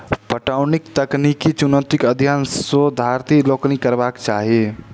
पटौनीक तकनीकी चुनौतीक अध्ययन शोधार्थी लोकनि के करबाक चाही